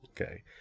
okay